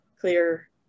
clear